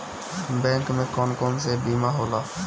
Bank में कौन कौन से बीमा होला?